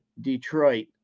Detroit